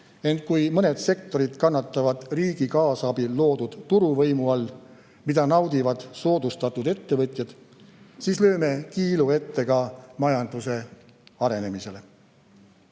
ent kui mõned sektorid kannatavad riigi kaasabil loodud turuvõimu all, mida naudivad soodustatud ettevõtjad, siis lööme kiilu ette ka majanduse arenemisele.